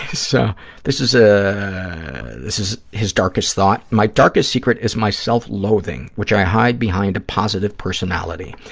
so this is ah this is his darkest thought. my darkest secret is my self-loathing, which i hide behind a positive personality.